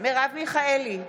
מרב מיכאלי,